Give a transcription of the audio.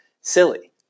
silly